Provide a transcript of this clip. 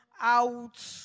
out